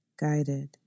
guided